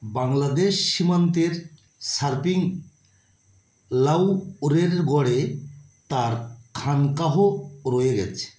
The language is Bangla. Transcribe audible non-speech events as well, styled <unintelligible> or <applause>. বাংলাদেশ সীমান্তের <unintelligible> লাউড়ের গড়ে তার খানকাহ রয়ে গেছে